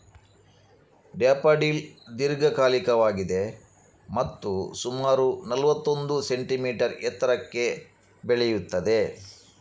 daffodil ದೀರ್ಘಕಾಲಿಕವಾಗಿದೆ ಮತ್ತು ಸುಮಾರು ನಲ್ವತ್ತೊಂದು ಸೆಂಟಿಮೀಟರ್ ಎತ್ತರಕ್ಕೆ ಬೆಳೆಯುತ್ತದೆ